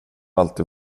alltid